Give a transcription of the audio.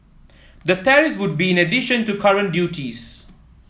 the tariffs would be in addition to current duties